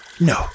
No